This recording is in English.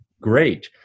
great